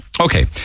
okay